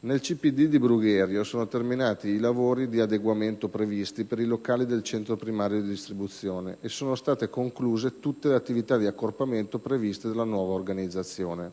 Nel centro principale di distribuzione di Brugherio sono terminati i lavori di adeguamento previsti per i locali del centro primario di distribuzione e sono state concluse tutte le attività di accorpamento previste dalla nuova organizzazione: